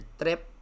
trip